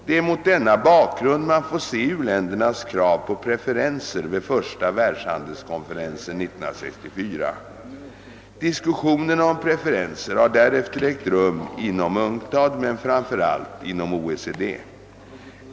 Det är mot denna bakgrund man får se u-ländernas krav på preferenser vid första världshandelskonferensen 1964. Diskussionerna om preferenser har därefter ägt rum inom UNCTAD men framför allt inom OECD.